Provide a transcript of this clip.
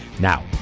Now